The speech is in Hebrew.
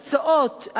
המקצועות,